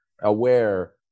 aware